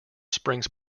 springs